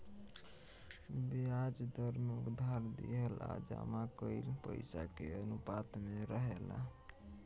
ब्याज दर में उधार दिहल आ जमा कईल पइसा के अनुपात में रहेला